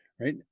right